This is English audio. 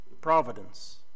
providence